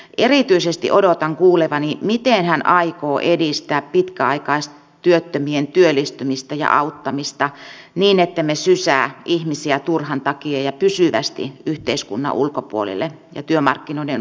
erityisesti odotan kuulevani miten hän aikoo edistää pitkäaikaistyöttömien työllistymistä ja auttamista niin ettemme sysää ihmisiä turhan takia ja pysyvästi yhteiskunnan ulkopuolelle ja työmarkkinoiden ulkopuolelle